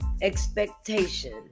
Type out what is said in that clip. expectation